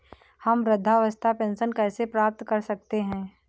हम वृद्धावस्था पेंशन कैसे प्राप्त कर सकते हैं?